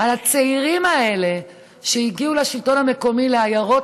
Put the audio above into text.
על הצעירים האלה שהגיעו לשלטון המקומי בעיירות